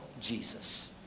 Jesus